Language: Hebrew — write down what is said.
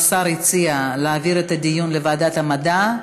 השר הציע להעביר את הדיון לוועדת המדע.